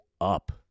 up